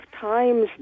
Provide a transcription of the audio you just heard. times